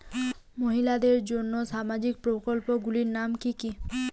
মহিলাদের জন্য সামাজিক প্রকল্প গুলির নাম কি কি?